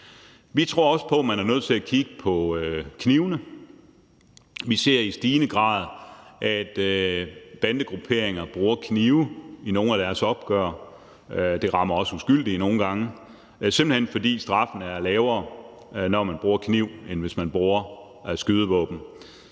Vi tror også på, man er nødt til at kigge på knivene. Vi ser i stigende grad, at bandegrupperinger bruger knive i nogle af deres opgør – det rammer også uskyldige nogle gange – simpelt hen fordi straffene er lavere, når man bruger kniv, end hvis man bruger skydevåben.